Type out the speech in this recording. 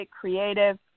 creative